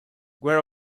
where